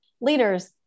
Leaders